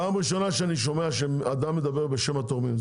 פעם ראשונה אני שומע שאדם מדבר בשם התורמים.